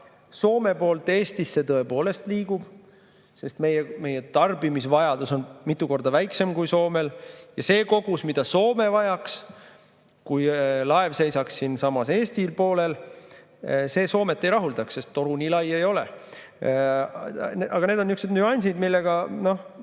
Soome poolt Eestisse tõepoolest liigub. Meie tarbimisvajadus on mitu korda väiksem kui Soomel. Kuid see kogus, mida Soome vajaks, kui laev seisaks siinsamas Eesti poolel, Soomeni ei [jõuaks], sest toru nii lai ei ole. Aga need on niisugused nüansid, millega